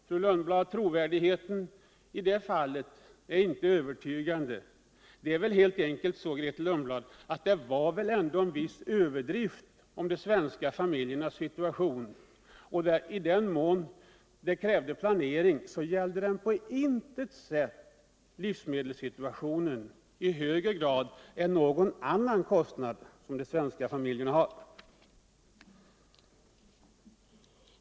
Grethe Cundblads trovärdighet i det fallet är inte övertygande. Beskrivningen av de svenska familjernas situation innebar väl helt enkelt en viss överdrift. I den mån det krävs planering gäller det på intet sätt livsmedelssituationen i högre grad än någon annan kostnad som de svenska familjerna har.